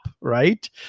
right